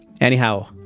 Anyhow